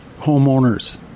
homeowners